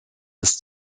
ist